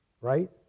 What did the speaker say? right